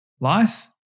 life